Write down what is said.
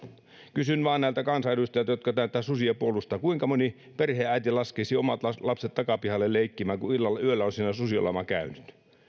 kysyn vain näiltä kansanedustajilta jotka susia puolustavat kuinka moni perheenäiti laskisi omat lapset takapihalle leikkimään kun illalla tai yöllä on siinä susilauma käynyt